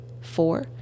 four